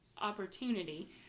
opportunity